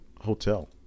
hotel